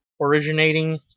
originating